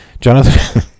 Jonathan